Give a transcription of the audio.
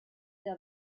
der